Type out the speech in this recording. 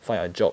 find a job